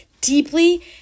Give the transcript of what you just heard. deeply